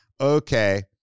okay